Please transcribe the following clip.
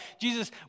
Jesus